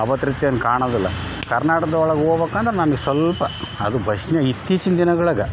ಕಾಣೋದಿಲ್ಲ ಕರ್ನಾಟಕ್ದೊಳಗ ಹೋಗ್ಬೇಕಂದ್ರೆ ನಮ್ಗೆ ಸ್ವಲ್ಪ ಅದು ಬಸ್ನಗೆ ಇತ್ತೀಚಿನ ದಿನಗಳಿಗೆ